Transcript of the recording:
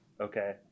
Okay